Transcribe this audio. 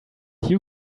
you